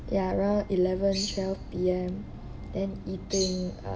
ya around eleven twelve P_M then eating uh